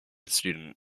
student